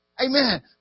Amen